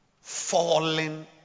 falling